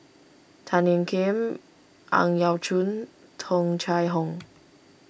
Tan Ean Kiam Ang Yau Choon Tung Chye Hong